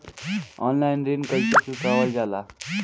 Online ऋण कईसे चुकावल जाला?